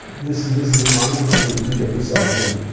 this is this is a mind frame that you can get yourself in.